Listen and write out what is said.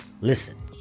listen